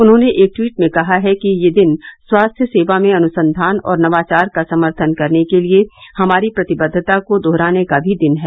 उन्होंने एक ट्वीट में कहा है कि यह दिन स्वास्थ्य सेवा में अनुसंधान और नवाचार का समर्थन करने के लिए हमारी प्रतिबद्वता को दोहराने का भी दिन है